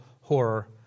horror